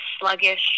sluggish